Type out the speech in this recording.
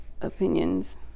opinions